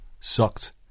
sucked